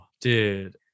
dude